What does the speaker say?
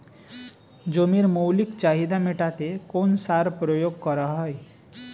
জমির মৌলিক চাহিদা মেটাতে কোন সার প্রয়োগ করা হয়?